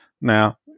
Now